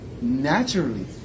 naturally